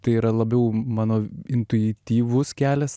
tai yra labiau mano intuityvus kelias